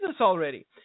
already